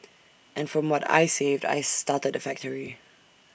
and from what I saved I started the factory